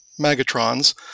Megatrons